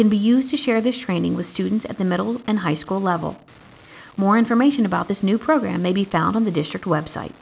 can be used to share this training with students at the middle and high school level more information about this new program may be found on the district web site